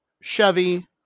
Chevy